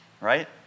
right